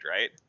right